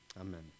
Amen